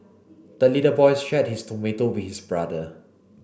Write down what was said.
the little boy shared his tomato with his brother